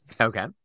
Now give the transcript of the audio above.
Okay